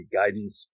guidance